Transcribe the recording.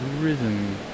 rhythm